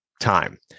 time